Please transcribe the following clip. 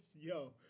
Yo